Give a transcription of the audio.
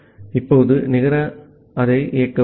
இப்போது நிகர அதை இயக்குவோம்